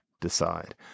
decide